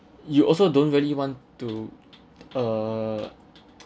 you also don't really want to err